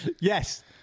Yes